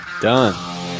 done